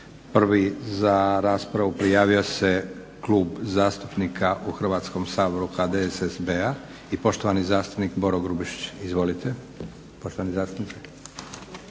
Prvi za raspravu prijavio se Klub zastupnika u Hrvatskom saboru HDSSB-a i poštovani zastupnik Boro Grubišić. Izvolite